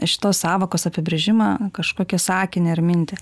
šitos sąvokos apibrėžimą kažkokį sakinį ar mintį